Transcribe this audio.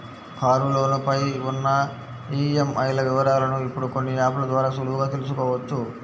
కారులోను పై ఉన్న ఈఎంఐల వివరాలను ఇప్పుడు కొన్ని యాప్ ల ద్వారా సులువుగా తెల్సుకోవచ్చు